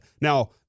Now